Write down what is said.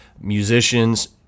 musicians